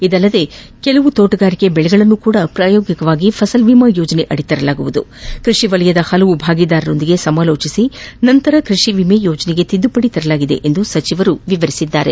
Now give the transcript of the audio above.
ಇದಲ್ಲದೇ ಕೆಲವು ತೋಟಗಾರಿಕೆ ಬೆಳೆಗಳನ್ನೂ ಪ್ರಾಯೋಗಿಕವಾಗಿ ಫಸಲ್ಬಿಮಾ ಯೋಜನೆಯಡಿಯಲ್ಲಿ ತರಲಾಗುವುದು ಕೃಷಿ ವಲಯದ ಹಲವು ಭಾಗೀದಾರರೊಂದಿಗೆ ಸಮಾಲೋಚನೆ ನಡೆಸಿದ ನಂತರ ಕೃಷಿ ವಿಮೆ ಯೋಜನೆಗೆ ತಿದ್ಗುಪಡಿ ತರಲಾಗಿದೆ ಎಂದು ಸಚಿವರು ವಿವರಿಸಿದ್ದಾರೆ